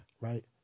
Right